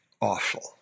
awful